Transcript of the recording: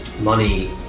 money